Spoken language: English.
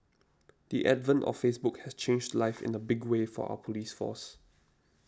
the advent of Facebook has changed life in a big way for our police force